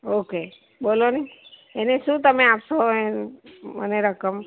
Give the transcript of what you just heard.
okay બોલોને એની શું તમે આપશો એની મને રકમ